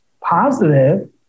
positive